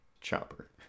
Chopper